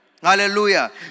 Hallelujah